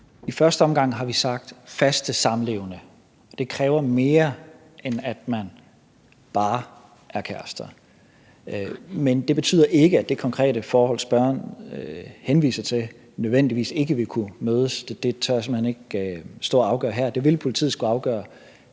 I første omgang har vi sagt faste samlevende. Det kræver mere, end at man bare er kærester. Men det betyder ikke, at det konkrete forhold, spørgeren henviser til, nødvendigvis ikke ville kunne imødekommes. Det tør jeg simpelt hen ikke stå og afgøre her. Det vil politiet skulle afgøre